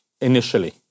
initially